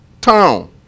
town